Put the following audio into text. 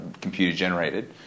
computer-generated